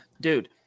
dude